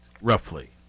roughly